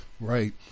Right